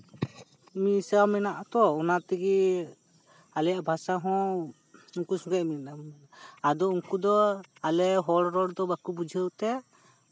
ᱢᱮᱥᱟ ᱢᱮᱱᱟᱜᱼᱟ ᱛᱚ ᱚᱱᱟᱛᱮᱜᱮ ᱟᱞᱮ ᱵᱷᱟᱥᱟ ᱦᱚᱸ ᱩᱱᱠᱩ ᱥᱚᱸᱜᱮ ᱟᱫᱚ ᱩᱱᱠᱩ ᱫᱚ ᱟᱞᱮ ᱦᱚᱲ ᱨᱚᱲ ᱫᱚ ᱵᱟᱠᱚ ᱵᱩᱡᱷᱟᱹᱣ ᱛᱮ